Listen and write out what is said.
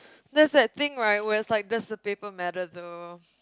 there's that thing right where is like does the paper matter though